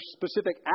specific